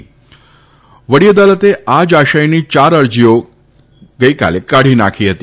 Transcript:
અગાઉ વડી અદાલતે આ જ આશયની ચાર અરજીઓ કાઢી નાંખી હતી